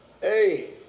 Hey